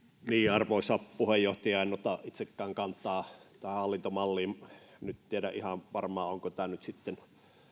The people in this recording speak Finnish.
arvoisa puheenjohtaja en ota itsekään kantaa tähän hallintomalliin en tiedä ihan varmaan onko tämä nyt sitten